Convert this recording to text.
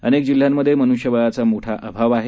अनेक जिल्ह्यांमध्ये मनुष्यबळाचा मोठा आभाव आहे